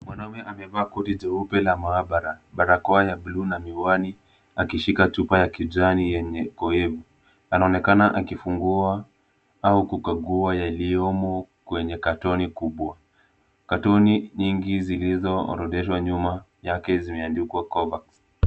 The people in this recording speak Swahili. Mwanaume amevaa koti jeupe la maabara, barakoa ya bluu na miwani akishika chupa ya kijani yenye kioevu. Anaonekana akifungua au kukagua yaliyomo kwenye katoni kubwa, katoni nyingi zilizoorodheshwa nyuma yake zimeandikwa kopa.